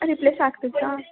replace